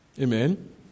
Amen